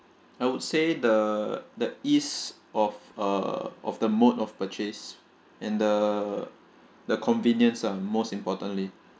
I would say the the ease of uh of the mode of purchase and the the convenience ah most importantly